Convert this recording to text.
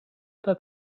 that